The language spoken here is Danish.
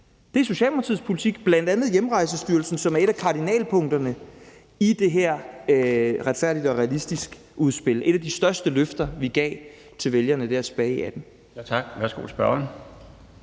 Det er Socialdemokratiets politik; bl.a. er Hjemrejsestyrelsen et af kardinalpunkterne i det her »Retfærdig og realistisk«-udspil, som er et af de største løfter, vi gav til vælgerne tilbage i 2018. Kl. 16:30 Den